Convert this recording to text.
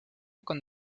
con